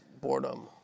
boredom